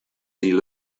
eel